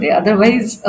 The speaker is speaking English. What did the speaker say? otherwise